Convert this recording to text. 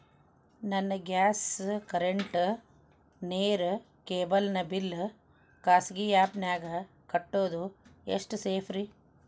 ನನ್ನ gas current, ನೇರು, cable ನ ಬಿಲ್ ಖಾಸಗಿ ಆ್ಯಪ್ ನ್ಯಾಗ್ ಕಟ್ಟೋದು ಎಷ್ಟು ಸೇಫ್ರಿ?